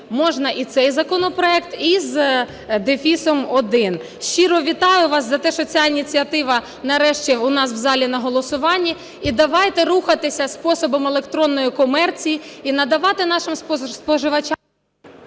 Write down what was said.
можна і цей законопроект і з дефіс один. Щиро вітаю вас за те, що ця ініціатива нарешті у нас в залі на голосуванні, і давайте рухатися способом електронної комерції, і надавати нашим споживачам…